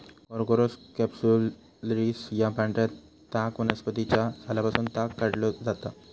Corchorus capsularis या पांढऱ्या ताग वनस्पतीच्या सालापासून ताग काढलो जाता